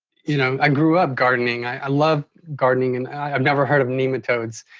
you know i grew up gardening i love gardening and i've never heard of nematodes.